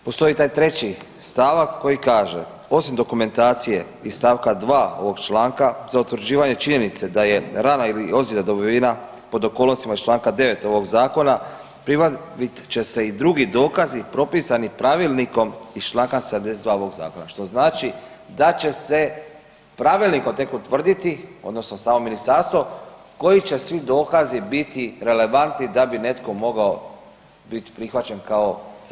Postoji taj treći stavak koji kaže: „Osim dokumentacije iz stavka 2. ovog članka za utvrđivanje činjenice da je rana ili ozljeda dobivena pod okolnostima iz članka 9. ovog zakona pribavit će se i drugi dokazi propisani Pravilnikom iz članka 72. ovog zakona što znači da će se Pravilnikom tek utvrditi, odnosno samo ministarstvo koji će svi dokazi biti relevantni da bi netko mogao biti prihvaćen kao stradalnik, civilna žrtva.